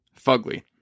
fugly